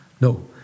No